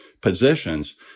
positions